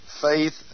faith